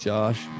Josh